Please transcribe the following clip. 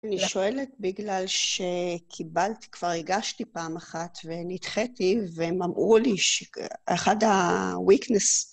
אני שואלת בגלל שקיבלתי, כבר הגשתי פעם אחת ונדחיתי, והם אמרו לי שאחד ה-weakness...